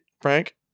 Frank